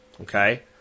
Okay